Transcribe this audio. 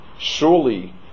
surely